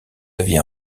aviez